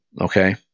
Okay